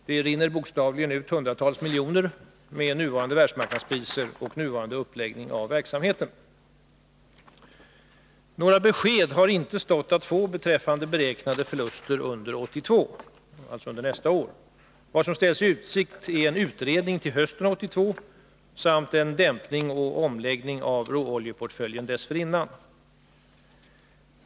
Det rinner bokstavligen ut hundratals miljoner med nuvarande världsmarknadspriser och nuvarande uppläggning av verksamheten. Några besked har inte stått att få beträffande beräknade förluster under nästa år. Vad som ställs i utsikt är en utredning till hösten 1982 samt en dämpning och omläggning av råoljeportföljen dessförinnan.